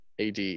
AD